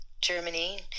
germany